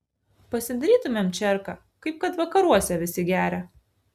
pasidarytumėm čerką kaip kad vakaruose visi geria